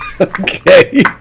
Okay